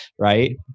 right